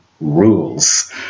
rules